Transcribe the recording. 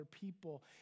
people